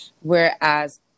whereas